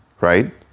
right